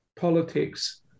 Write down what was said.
politics